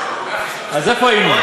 אז איפה היינו?